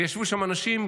וישבו שם אנשים,